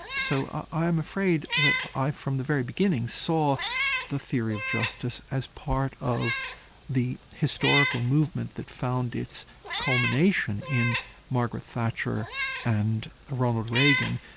so i am afraid that i from the very beginning, saw a theory of justice as part of the historical movement that found its culmination in margaret thatcher and ronald reagan,